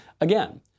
Again